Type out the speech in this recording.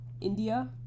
India